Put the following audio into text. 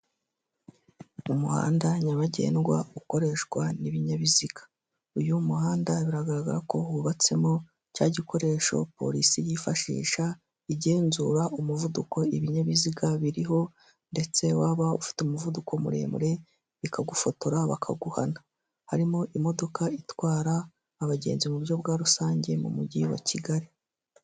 Mu muhanda nyabagendwa ukoreshwa n'ibinyabiziga, uyu muhanda biragaragara ko hubatsemo cya gikoresho polisi yifashisha igenzura umuvuduko ibinyabiziga biriho ndetse waba ufite umuvuduko muremure bikagufotora bakaguhana, harimo imodoka itwara abagenzi mu buryo bwa rusange mu mujyi wa Kigali.